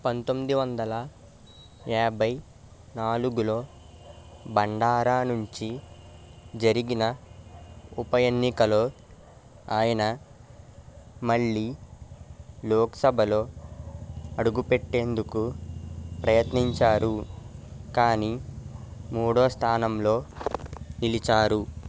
పంతొమ్మిది వందల యాభై నాలుగులో బండారా నుంచి జరిగిన ఉప ఎన్నికలో ఆయన మళ్ళీ లోక్సభలో అడుగుపెట్టేందుకు ప్రయత్నించారు కానీ మూడో స్థానంలో నిలిచారు